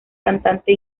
cantante